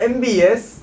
M_B_S